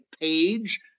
page